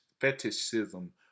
Fetishism